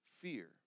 fear